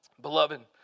Beloved